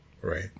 Right